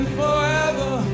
forever